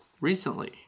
Recently